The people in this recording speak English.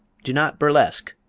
do not burlesque,